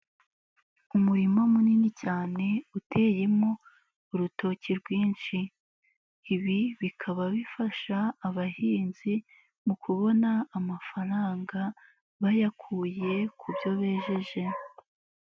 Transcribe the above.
Umurima munini cyane uteyemo urutoki rwinshi, ibi bikaba bifasha abahinzi mu kubona amafaranga bayakuye ku byo bejeje.